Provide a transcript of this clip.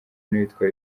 n’uwitwa